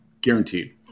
Guaranteed